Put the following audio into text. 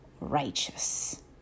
righteous